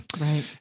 Right